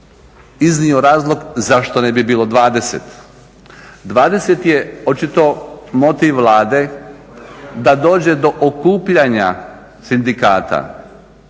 iznio razlog zašto ne bi bilo 20. 20 je očito motiv Vlade da dođe do okupljanja sindikata